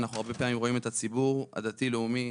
אנחנו הרבה פעמים רואים את הציבור הדתי לאומי,